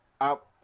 up